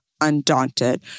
Undaunted